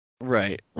right